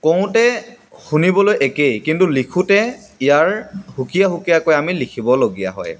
কওঁতে শুনিবলৈ একেই কিন্তু লিখোঁতে ইয়াৰ সুকীয়া সুকীয়াকৈ আমি লিখিবলগীয়া হয়